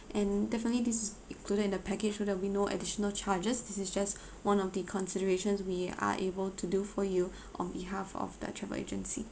and definitely this is included in the package so there'll be no additional charges this is just one of the considerations we are able to do for you on behalf of the travel agency